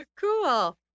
Cool